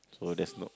so there's no